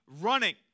running